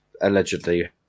allegedly